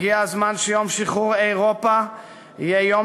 הגיע הזמן שיום שחרור אירופה יהיה יום